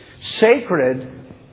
sacred